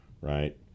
Right